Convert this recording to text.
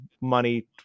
money